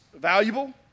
valuable